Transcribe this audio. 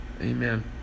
Amen